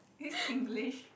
this Singlish